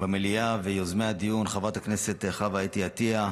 במליאה ויוזמי הדיון, חברת הכנסת חוה אתי עטייה,